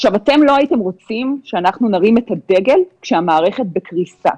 אתם לא הייתם רוצים שאנחנו נרים את הדגל כשהמערכת בקריסה.